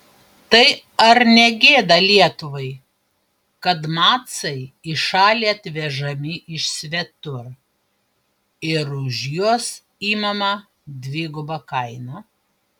tai ar ne gėda lietuvai kad macai į šalį atvežami iš svetur ir už juos imama dviguba kaina